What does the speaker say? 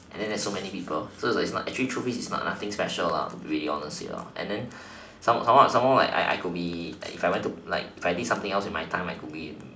and then there is so many people so is like actually truth is is nothing special lah to be really honest here lah and then some more some more some more like I I could be if I want to like if I did something else in my time I could been